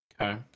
Okay